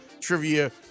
trivia